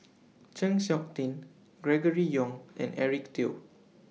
Chng Seok Tin Gregory Yong and Eric Teo